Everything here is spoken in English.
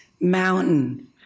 mountain